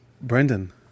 Brendan